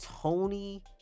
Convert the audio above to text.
Tony